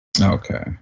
Okay